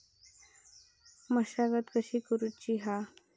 मशागत कशी करूची हा?